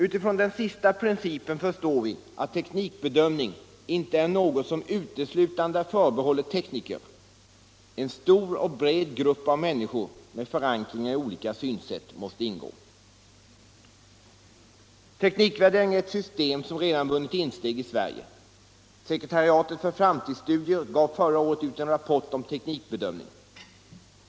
Utifrån den sista principen förstår vi att teknikbedömning inte är något som uteslutande är förbehållet tekniker. En stor och bred grupp av människor med förankring i olika synsätt måste ingå. Teknikvärdering är ett system som redan vunnit insteg i Sverige. Sekretariatet för framtidsstudier gav förra året ut en rapport om teknikbedömning.